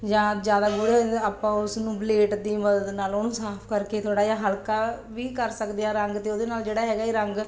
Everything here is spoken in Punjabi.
ਜਾਂ ਜ਼ਿਆਦਾ ਗੂੜ੍ਹੇ ਹੋ ਜਾਂਦੇ ਆਪਾਂ ਉਸ ਨੂੰ ਬਲੇਡ ਦੀ ਮਦਦ ਨਾਲ ਉਹਨੂੰ ਸਾਫ਼ ਕਰਕੇ ਥੋੜ੍ਹਾ ਜਿਹਾ ਹਲਕਾ ਵੀ ਕਰ ਸਕਦੇ ਹਾਂ ਰੰਗ ਅਤੇ ਉਹਦੇ ਨਾਲ ਜਿਹੜਾ ਹੈਗਾ ਇਹ ਰੰਗ